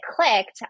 clicked